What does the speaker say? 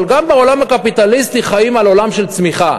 אבל גם בעולם הקפיטליסטי חיים על עולם של צמיחה.